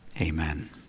amen